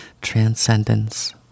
transcendence